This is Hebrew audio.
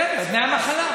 בסדר, דמי המחלה.